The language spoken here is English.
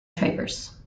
travers